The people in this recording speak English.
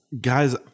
Guys